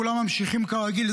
כולם ממשיכים כרגיל.